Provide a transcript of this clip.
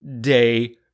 day